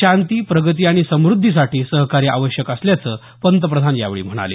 शांती प्रगती आणि समुद्धीसाठी सहकार्य आवश्यक असल्याचं पंतप्रधान यावेळी म्हणाले